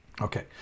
Okay